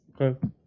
okay